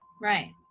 Right